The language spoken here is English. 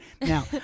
now